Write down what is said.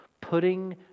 putting